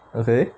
okay